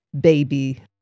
baby